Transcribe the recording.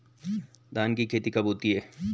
धान की खेती कब होती है?